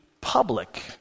public